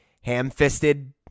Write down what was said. ham-fisted